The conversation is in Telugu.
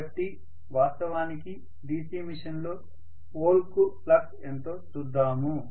కాబట్టి వాస్తవానికి DC మెషిన్లో పోల్ కు ఫ్లక్స్ ఎంతో చూద్దాము